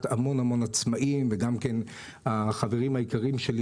המון-המון עצמאים וגם החברים היקרים שלי,